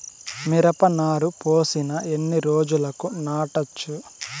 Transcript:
మిరప నారు పోసిన ఎన్ని రోజులకు నాటచ్చు?